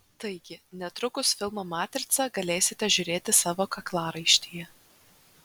taigi netrukus filmą matrica galėsite žiūrėti savo kaklaraištyje